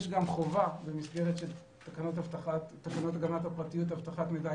יש גם חובה במסגרת של תקנות הגנת הפרטיות ואבטחת מידע,